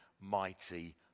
mighty